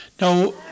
Now